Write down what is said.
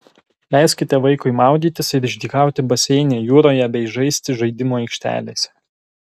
leiskite vaikui maudytis ir išdykauti baseine jūroje bei žaisti žaidimų aikštelėse